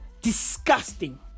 Disgusting